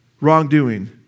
wrongdoing